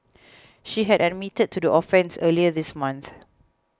she had admitted to the offences earlier this month